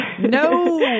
No